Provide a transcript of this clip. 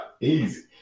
Easy